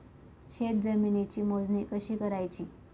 शेत जमिनीची मोजणी कशी करायची?